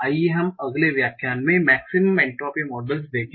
आइए हम अगले व्याख्यान में मेक्सिमम एंट्रोपी मॉडल्स देखें